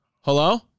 Hello